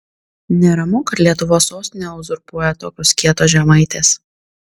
neramu kad lietuvos sostinę uzurpuoja tokios kietos žemaitės